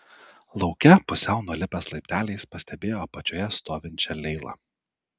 lauke pusiau nulipęs laipteliais pastebėjo apačioje stovinčią leilą